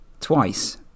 twice